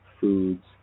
foods